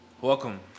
Welcome